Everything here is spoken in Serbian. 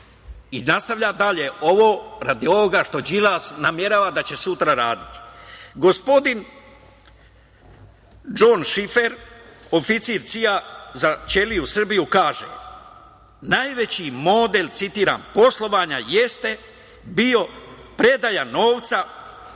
I nastavlja dalje, radi ovoga što Đilas namerava da će sutra raditi. Gospodin Džon Šifer oficir CIA za ćeliju Srbiju kaže - najveći model poslovanja jeste bio predaja novca u